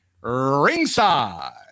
ringside